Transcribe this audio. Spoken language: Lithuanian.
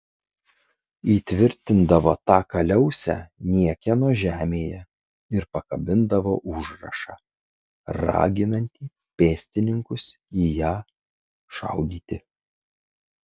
įtvirtindavo tą kaliausę niekieno žemėje ir pakabindavo užrašą raginantį pėstininkus į ją šaudyti